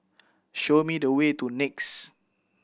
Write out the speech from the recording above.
show me the way to NEX